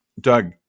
Doug